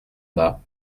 bas